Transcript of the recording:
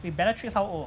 wait bellatrix how old